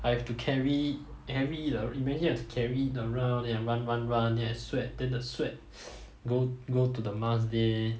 I have to carry carry it imagine you have to carry it around then I run run run then I sweat then the sweat go go to the mask there